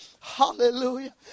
hallelujah